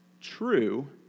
true